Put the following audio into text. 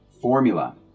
formula